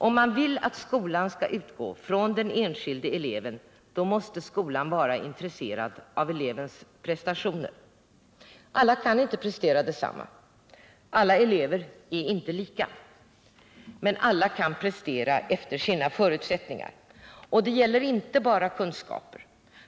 Om vi vill att skolan skall utgå från den enskilde eleven, måste skolan vara intresserad av elevens prestationer. Alla kan inte prestera detsamma, alla elever är inte lika, men alla kan prestera efter sina förutsättningar. Det gäller inte bara kunskaper.